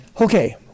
Okay